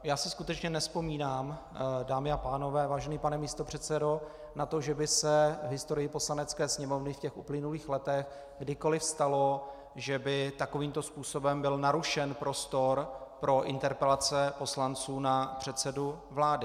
Já si skutečně nevzpomínám, dámy a pánové, vážený pane místopředsedo, na to, že by se v historii Poslanecké sněmovny v uplynulých letech kdykoli stalo, že by takovýmto způsobem byl narušen prostor pro interpelace poslanců na předsedu vlády.